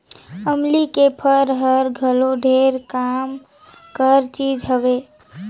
अमली के फर हर घलो ढेरे काम कर चीज हवे